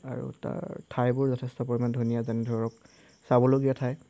আৰু তাৰ ঠাইবোৰ যথেষ্ট পৰিমাণে ধুনীয়া যেনে ধৰক চাবলগীয়া ঠাই